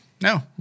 No